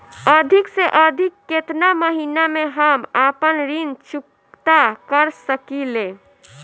अधिक से अधिक केतना महीना में हम आपन ऋण चुकता कर सकी ले?